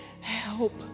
help